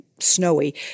snowy